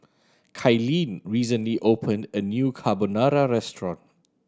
Kylene recently opened a new Carbonara Restaurant